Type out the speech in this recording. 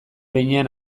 behinean